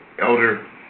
Elder